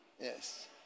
Yes